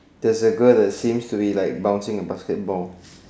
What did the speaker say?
there's a girl the seems to be like bouncing the basketball